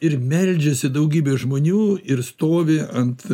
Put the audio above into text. ir meldžiasi daugybė žmonių ir stovi ant